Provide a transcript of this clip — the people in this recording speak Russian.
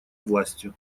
властью